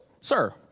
sir